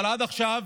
אבל עד עכשיו